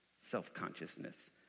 self-consciousness